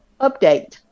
update